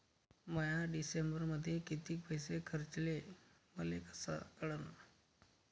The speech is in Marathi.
म्या डिसेंबरमध्ये कितीक पैसे खर्चले मले कस कळन?